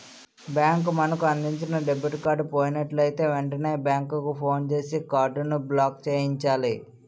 bank మనకు అందించిన debit card పోయినట్లయితే వెంటనే బ్యాంకుకు ఫోన్ చేసి కార్డును బ్లాక్చేయించాలి